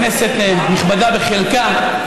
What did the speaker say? כנסת נכבדה בחלקה,